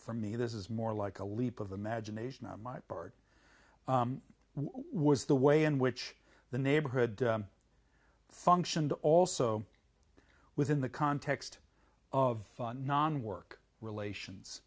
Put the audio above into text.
for me this is more like a leap of imagination on my part was the way in which the neighborhood functioned also within the context of non work relations